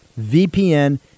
VPN